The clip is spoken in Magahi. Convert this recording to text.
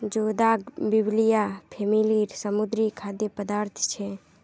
जोदाक बिब्लिया फॅमिलीर समुद्री खाद्य पदार्थ छे